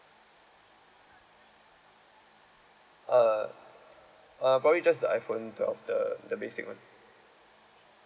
uh uh probably just the iphone twelve the the basic [one]